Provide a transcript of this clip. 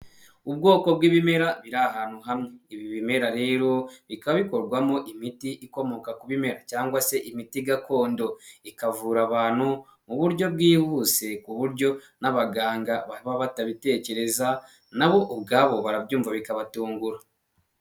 Ubwoko bw'ibimera biri ahantu hamwe ,ibi bimera rero bikaba bikorwamo imiti ikomoka ku bimera cyangwa se imiti gakondo, ikavura abantu mu buryo bwihuse, ku buryo n'abaganga baba batabitekereza nabo ubwabo barabyumva bikabatungura.